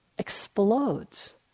explodes